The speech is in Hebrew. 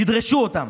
תדרשו אותם.